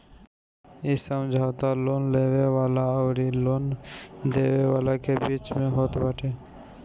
इ समझौता लोन लेवे वाला अउरी लोन देवे वाला के बीच में होत बाटे